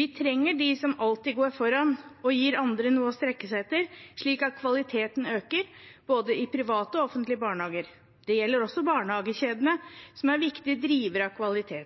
Vi trenger dem som alltid går foran og gir andre noe å strekke seg etter, slik at kvaliteten øker i både private og offentlige barnehager. Det gjelder også barnehagekjedene, som er